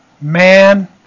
man